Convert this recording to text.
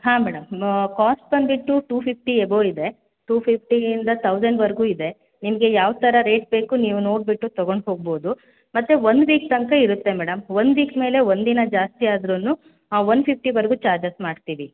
ಹಾಂ madam cost ಬಂದುಬಿಟ್ಟು two fifty above ಇದೆ ಟು ಫಿಫ್ಟಿಯಿಂದ ತೌಸಂಡ್ವರೆಗೂ ಇದೆ ನಿಮಗೆ ಯಾವ ಥರ ರೇಟ್ ಬೇಕು ನೀವು ನೋಡಿಬಿಟ್ಟು ತಗೊಂಡು ಹೋಗ್ಬೋದು ಮತ್ತು ಒನ್ ವೀಕ್ ತನಕ ಇರುತ್ತೆ ಮೇಡಮ್ ಒನ್ ವೀಕ್ ಮೇಲೆ ಒಂದು ದಿನ ಜಾಸ್ತಿ ಆದ್ರೂ ಒನ್ ಫಿಫ್ಟಿವರೆಗೂ ಚಾರ್ಜಸ್ ಮಾಡ್ತೀವಿ